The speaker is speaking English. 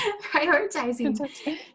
Prioritizing